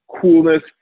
coolness